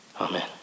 Amen